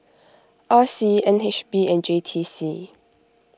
R C N H B and J T C